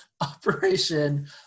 operation